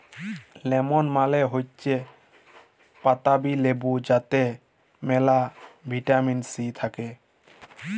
lemon মালে হৈচ্যে পাতাবি লেবু যাতে মেলা ভিটামিন সি থাক্যে